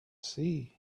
sea